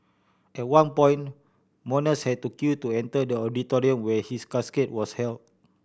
at one point mourners had to queue to enter the auditorium where his casket was held